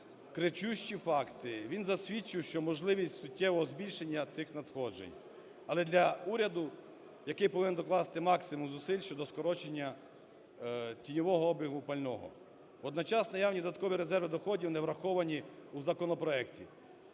Кричущі факти. Він засвідчив, що можливість суттєвого збільшення цих надходжень. Але для уряду, який повинен докласти максимум зусиль щодо скорочення тіньового обігу пального. Водночас наявні додаткові резерви доходів не враховані у законопроекті.